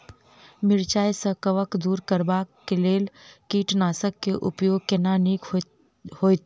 मिरचाई सँ कवक दूर करबाक लेल केँ कीटनासक केँ उपयोग केनाइ नीक होइत?